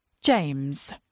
James